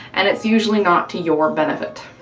and it's usually not to your benefit.